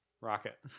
rocket